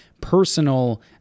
personal